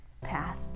path